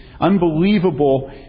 unbelievable